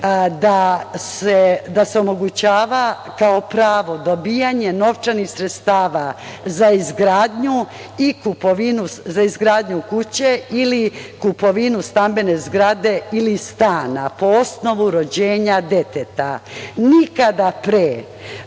da se omogućava kao pravo dobijanje novčanih sredstava za izgradnju kuće ili kupovinu stambene zgrade ili stane po osnovu rođenja deteta. Nikada pre